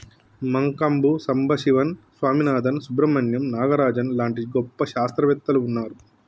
మంకంబు సంబశివన్ స్వామినాధన్, సుబ్రమణ్యం నాగరాజన్ లాంటి గొప్ప శాస్త్రవేత్తలు వున్నారు